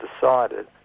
decided